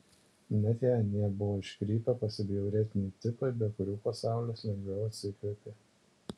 net jei anie buvo iškrypę pasibjaurėtini tipai be kurių pasaulis lengviau atsikvėpė